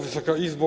Wysoka Izbo!